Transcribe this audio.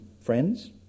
friends